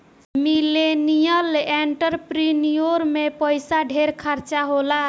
millennial entrepreneur में पइसा ढेर खर्चा होला